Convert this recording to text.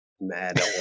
mad